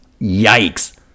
Yikes